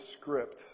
script